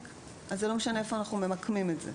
אז לא משנה איפה אנחנו ממקמים את זה.